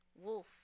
Wolf